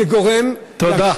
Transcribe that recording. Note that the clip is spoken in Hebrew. זה גורם, תודה.